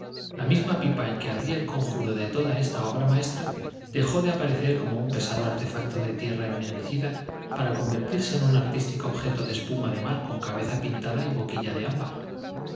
la misma pipa en que ardía el conjuro de toda esta obra maestra dejó de aparecer como un pesado artefacto de tierra ennegrecida para convertirse en un artístico objeto de espuma de mar con cabeza pintada y boquilla de ámbar